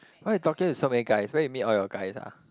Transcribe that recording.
why you talking to so many guys where you meet all your guys ah